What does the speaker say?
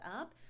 up